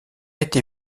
été